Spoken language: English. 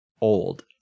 old